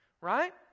Right